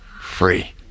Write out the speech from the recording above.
free